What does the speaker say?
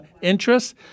interests